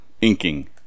inking